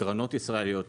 קרנות ישראליות,